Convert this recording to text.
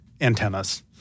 antennas